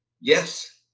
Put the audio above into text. Yes